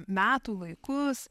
metų laikus